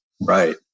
Right